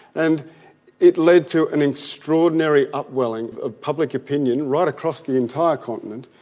and it led to an extraordinary upwelling of public opinion right across the entire continent,